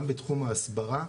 גם בתחום ההסברה,